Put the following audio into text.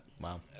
Wow